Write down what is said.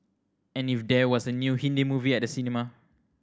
and if there was a new Hindi movie at the cinema